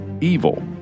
evil